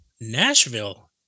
Nashville